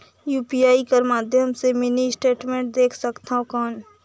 UPI कर माध्यम से मिनी स्टेटमेंट देख सकथव कौन?